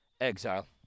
exile